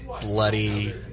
bloody